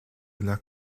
lac